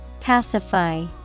Pacify